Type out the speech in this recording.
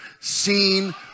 seen